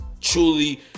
Truly